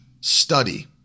study